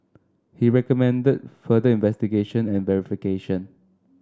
he recommended further investigation and verification